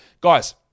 Guys